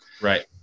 Right